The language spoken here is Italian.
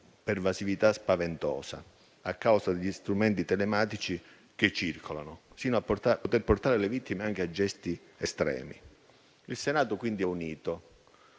pervasività spaventosa, a causa degli strumenti telematici fino a portare le vittime anche a gesti estremi. Il Senato quindi è unito